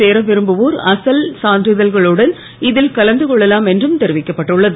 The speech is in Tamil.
சேர விரும்புவோர் அசல் இப்படிப்புகளில் சான்றிதழ்களுடன் இதில் கலந்துகொள்ளலாம் என்றும் தெரிவிக்கப்பட்டுள்ளது